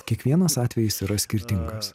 kiekvienas atvejis yra skirtingas